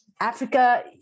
africa